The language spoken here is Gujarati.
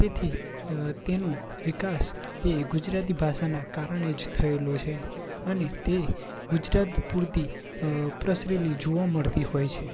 તેથી તેનું વિકાસ એ ગુજરાતી ભાષાના કારણે જ થયેલો છે અને તે ગુજરાત પૂરતી પ્રસરેલી જોવા મળતી હોય છે